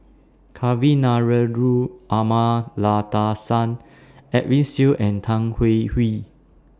Kavignareru Amallathasan Edwin Siew and Tan Hwee Hwee